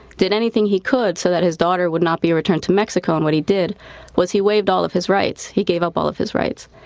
did anything he could so that his daughter would not be returned to mexico. and what he did was he waived all of his rights, he gave up all of his rights.